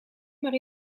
maar